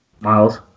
Miles